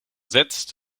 setzt